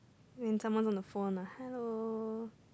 when someone's on the phone like hello